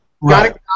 Right